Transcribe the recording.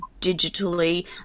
digitally